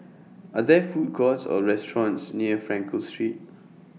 Are There Food Courts Or restaurants near Frankel Street